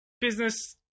business